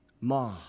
Ma